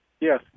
Yes